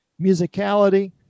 musicality